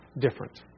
different